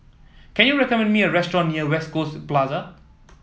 can you recommend me a restaurant near West Coast Plaza